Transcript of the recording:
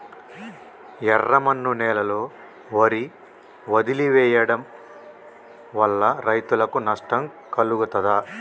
ఎర్రమన్ను నేలలో వరి వదిలివేయడం వల్ల రైతులకు నష్టం కలుగుతదా?